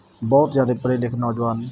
ਬਹੁਤ ਜ਼ਿਆਦਾ ਪੜ੍ਹੇ ਲਿਖੇ ਨੌਜਵਾਨ